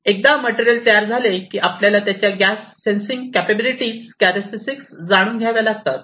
एकदा मटेरियल तयार झाले की आपल्याला त्याच्या गॅस सेन्सिंग कॅपाबिलिटी कॅरॅस्टिक्स जाणून घ्याव्या लागतात